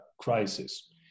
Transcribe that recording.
crisis